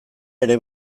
ere